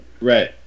Right